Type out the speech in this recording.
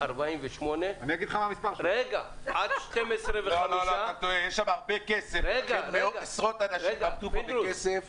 לא תמיד נעים בכנסת.